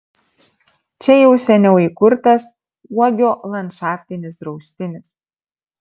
čia jau seniau įkurtas uogio landšaftinis draustinis